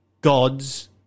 gods